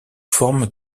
forme